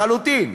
לחלוטין.